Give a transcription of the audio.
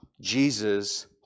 Jesus